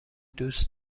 دوست